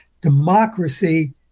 democracy